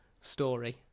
story